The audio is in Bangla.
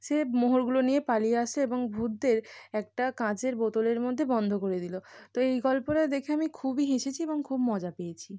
সে মোহরগুলো নিয়ে পালিয়ে আসে এবং ভূতদের একটা কাচের বোতলের মধ্যে বন্ধ করে দিল তো এই গল্পটা দেখে আমি খুবই হেসেছি এবং খুব মজা পেয়েছি